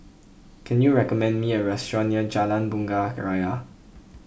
can you recommend me a restaurant near Jalan Bunga Raya